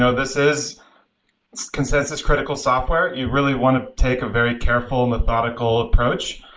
so this is consensus critical software. you really want to take a very careful methodical approach,